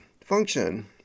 function